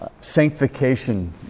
sanctification